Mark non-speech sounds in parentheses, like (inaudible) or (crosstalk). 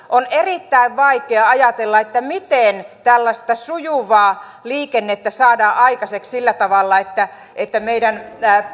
(unintelligible) on erittäin vaikea ajatella miten tällaista sujuvaa liikennettä saadaan aikaiseksi sillä tavalla että että meidän